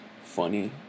funny